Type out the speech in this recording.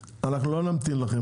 לא מבין מה הבעיה עם זה.